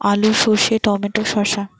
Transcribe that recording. আলু সর্ষে টমেটো শসা